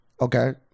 Okay